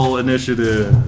initiative